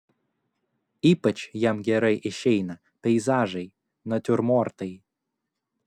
ypač jam gerai išeina peizažai natiurmortai